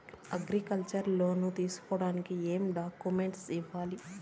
Agriculture loan తీసుకోడానికి ఏం డాక్యుమెంట్లు ఇయ్యాలి?